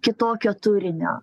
kitokio turinio